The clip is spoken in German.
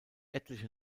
etliche